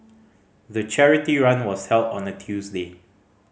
the charity run was held on a Tuesday